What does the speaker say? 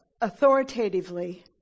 authoritatively